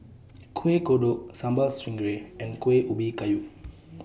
Kueh Kodok Sambal Stingray and Kueh Ubi Kayu